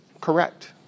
correct